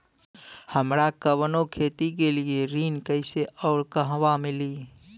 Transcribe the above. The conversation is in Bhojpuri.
हमरा कवनो खेती के लिये ऋण कइसे अउर कहवा मिली?